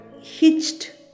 hitched